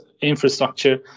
infrastructure